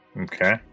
Okay